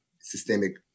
systemic